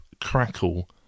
Crackle